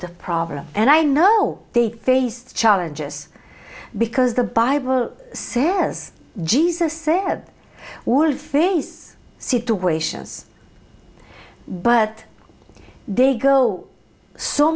our problem and i know they face challenges because the bible sayres jesus said will face situations but they go so